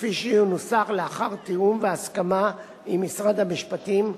כפי שינוסח לאחר תיאום והסכמה עם משרד המשפטים,